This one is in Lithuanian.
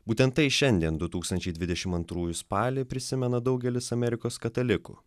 būtent tai šiandien du tūkstančiai dvidešimt antrųjų spalį prisimena daugelis amerikos katalikų